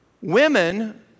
women